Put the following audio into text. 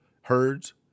herds